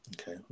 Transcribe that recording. Okay